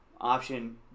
option